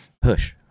push